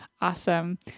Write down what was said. awesome